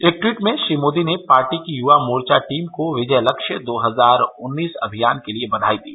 एक ट्वीट में श्री मोदी ने पार्टी की युवा मोर्चा टीम को विजयलक्ष्य दो हजार उन्नीस अभियान के लिए बधाई दी